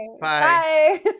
bye